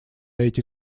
эти